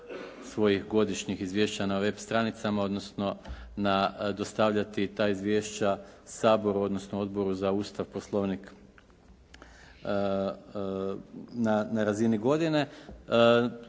svojih godišnjih izvješća na web stranicama, odnosno dostavljati ta izvješća Saboru, odnosno Odboru za Ustav, Poslovnik na razini godine.